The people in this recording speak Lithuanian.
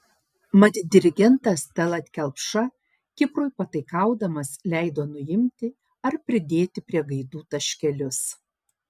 mat dirigentas tallat kelpša kiprui pataikaudamas leido nuimti ar pridėti prie gaidų taškelius